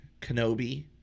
Kenobi